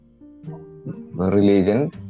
Religion